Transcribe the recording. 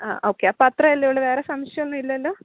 ആ ഓക്കെ അപ്പോൾ അത്രയല്ലേ ഉള്ളൂ വേറെ സംശയം ഒന്നും ഇല്ലല്ലോ